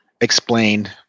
explained